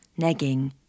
negging